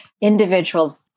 individuals